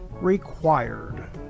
required